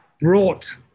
brought